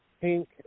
pink